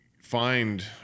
find